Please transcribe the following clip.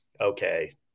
okay